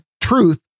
truth